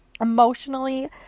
emotionally